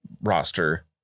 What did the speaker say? roster